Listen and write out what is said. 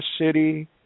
City